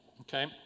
Okay